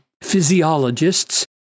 physiologists